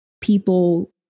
people